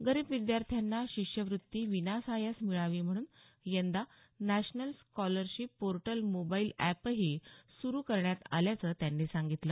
गरीब विद्यार्थ्यांना शिष्यवृत्ती विनासायास मिळावी म्हणून यंदा नॅशनल स्कॉलरशिप पोर्टल मोबाईल एपही सुरु करण्यात आल्याचं त्यांनी सांगितलं